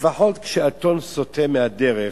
לפחות כשאתון סוטה מהדרך,